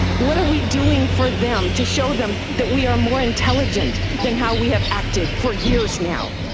what are we doing for them to show them that we are more intelligent than how we have acted for years now?